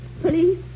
Please